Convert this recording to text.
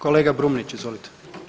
Kolega Brumnić, izvolite.